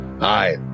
Hi